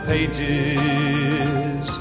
pages